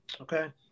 Okay